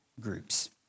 groups